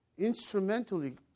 instrumentally